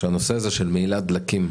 שבנושא של מהילת דלקים